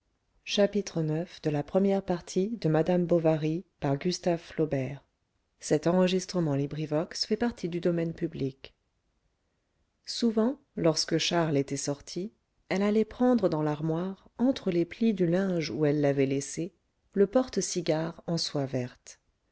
souvent lorsque charles était sorti elle allait prendre dans l'armoire entre les plis du linge où elle l'avait laissé le porte cigares en soie verte